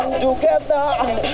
together